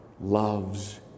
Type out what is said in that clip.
loves